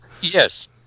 Yes